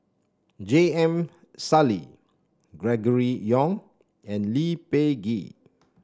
J M Sali Gregory Yong and Lee Peh Gee